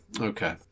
Okay